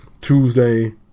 Tuesday